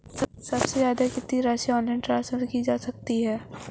सबसे ज़्यादा कितनी राशि ऑनलाइन ट्रांसफर की जा सकती है?